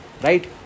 right